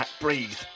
Breathe